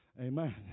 Amen